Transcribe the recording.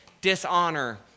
dishonor